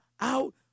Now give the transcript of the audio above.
out